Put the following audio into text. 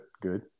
good